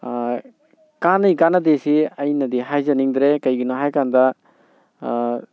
ꯀꯥꯟꯅꯩ ꯀꯥꯟꯅꯗꯦꯁꯤ ꯑꯩꯅꯗꯤ ꯍꯥꯏꯖꯅꯤꯡꯗ꯭ꯔꯦ ꯀꯩꯒꯤꯅꯣ ꯍꯥꯏꯔꯀꯥꯟꯗ